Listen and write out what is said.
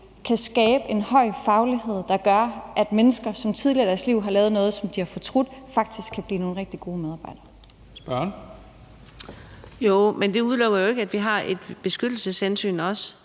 kan skabe en høj faglighed, der gør, at mennesker, som tidligere i deres liv har lavet noget, som de har fortrudt, faktisk kan blive noget rigtig gode medarbejdere. Kl. 15:51 Første næstformand (Leif Lahn Jensen):